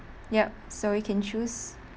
yup so you can choose